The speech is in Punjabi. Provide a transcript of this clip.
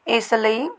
ਇਸ ਲਈ